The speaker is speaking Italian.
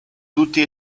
tutti